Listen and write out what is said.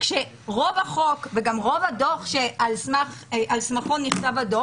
כאשר רוב החוק וגם רוב הדוח שעליו נסמך הדוח